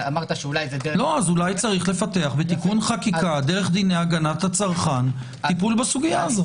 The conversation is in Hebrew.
אז אולי צריך לפתח בתיקון חקיקה דרך דיני הגנת הצרכן טיפול בסוגיה הזו.